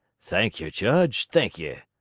thank ye, judge, thank ye,